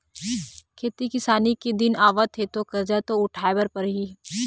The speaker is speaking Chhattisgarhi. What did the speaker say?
खेती किसानी के दिन आवत हे त करजा तो उठाए बर परही